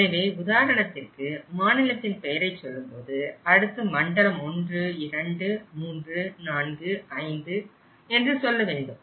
எனவே உதாரணத்திற்கு மாநிலத்தின் பெயரைச் சொல்லும்போது அடுத்து மண்டலம் 12345 என்று சொல்லவேண்டும்